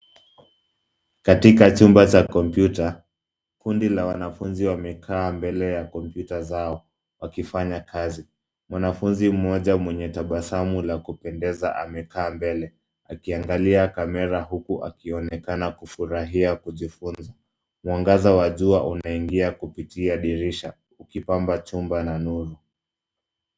Katika chumba cha kompyuta kundi la wanafunzi wamekaa mbele ya kompyuta zao wakifanya kazi. Mwanafunzi mmoja mwenye tabasamu la kupendeza amekaa mbele akiangalia kamera huku akionekana kufurahia kujifunza. Mwangaza wa jua unaingia kupitia dirisha ukipamba chumba na nuru.